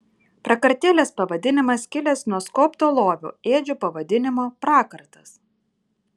prakartėlės pavadinimas kilęs nuo skobto lovio ėdžių pavadinimo prakartas